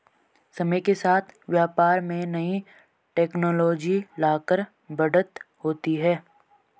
समय के साथ व्यापार में नई टेक्नोलॉजी लाकर बढ़त होती है